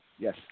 Yes